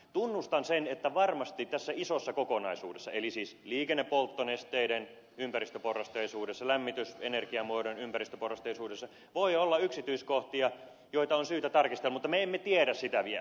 tunnustan sen että varmasti tässä isossa kokonaisuudessa eli siis liikennepolttonesteiden ympäristöporrasteisuudessa ja lämmitys ja energiamuodon ympäristöporrasteisuudessa voi olla yksityiskohtia joita on syytä tarkistaa mutta me emme tiedä sitä vielä